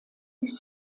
die